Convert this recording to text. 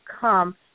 come